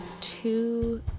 two